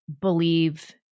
believe